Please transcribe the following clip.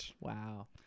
wow